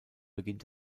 beginnt